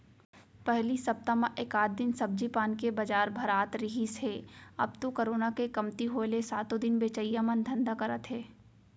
पहिली सप्ता म एकात दिन सब्जी पान के बजार भरात रिहिस हे अब तो करोना के कमती होय ले सातो दिन बेचइया मन धंधा करत हे